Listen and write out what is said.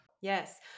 Yes